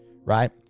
Right